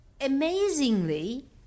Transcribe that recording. amazingly